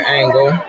angle